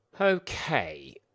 Okay